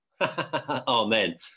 Amen